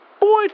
Boy